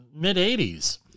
mid-'80s